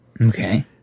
Okay